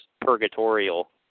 purgatorial